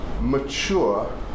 mature